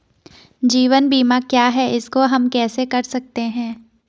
जीवन बीमा क्या है इसको हम कैसे कर सकते हैं?